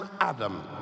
Adam